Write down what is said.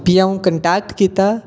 फ्ही अ'ऊं कांटेक्ट कीता